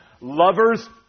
Lovers